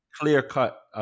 clear-cut